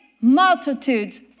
multitudes